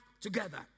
together